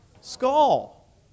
skull